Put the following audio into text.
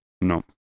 No